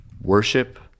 worship